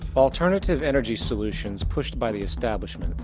alternative energy solutions pushed by the establishment,